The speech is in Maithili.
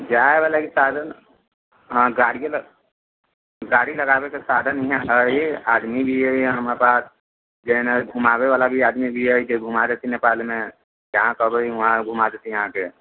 जाइत आबै लागि साधन हँ गाड़िए लए गाड़ी लगाबैके साधन नहि हइ आदमी भी हइ हमरा पास जेना घुमाबैवला भी आदमी भी हइ जे घुमा देथिन नेपालमे जहाँ कहबै उहाँ घुमा देथिन अहाँके